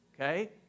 okay